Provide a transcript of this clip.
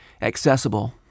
accessible